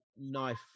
knife